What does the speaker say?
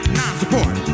non-support